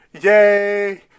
Yay